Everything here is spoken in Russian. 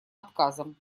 отказом